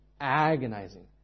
agonizing